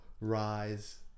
rise